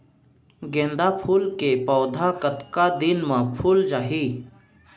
गेंदा फूल के पौधा कतका दिन मा फुल जाही?